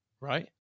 right